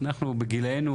אנחנו בגילנו,